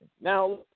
Now